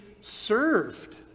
served